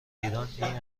ایران، این